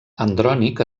andrònic